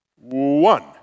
One